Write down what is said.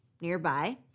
nearby